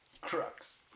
Crux